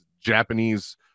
japanese